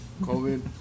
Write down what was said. COVID